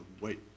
wait